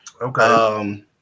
Okay